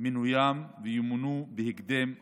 מינויים וימונו בהקדם האפשרי.